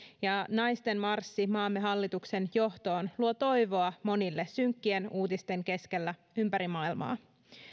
ja naisten marssi maamme hallituksen johtoon luo toivoa monille synkkien uutisten keskellä ympäri maailmaa